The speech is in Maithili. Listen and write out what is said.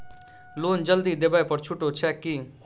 लोन जल्दी देबै पर छुटो छैक की?